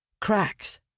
cracks